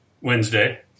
Wednesday